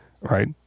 right